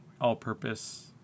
all-purpose